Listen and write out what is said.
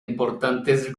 importantes